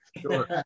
Sure